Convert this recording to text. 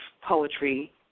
poetry